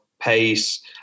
pace